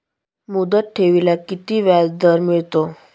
मुदत ठेवीला किती व्याजदर मिळतो?